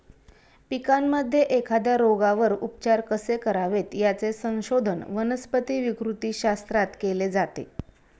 पिकांमध्ये एखाद्या रोगावर उपचार कसे करावेत, याचे संशोधन वनस्पती विकृतीशास्त्रात केले जाते